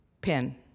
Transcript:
pen